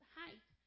height